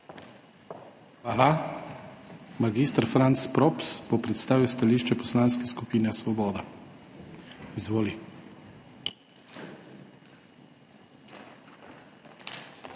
Hvala. Mag. Franc Props bo predstavil stališče Poslanske skupine Svoboda. Izvoli. **MAG.